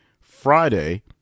Friday